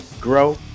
grow